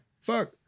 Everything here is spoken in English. Fuck